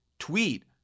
tweet